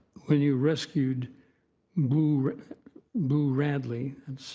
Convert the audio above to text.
when you rescued boo boo radley and so